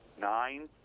nine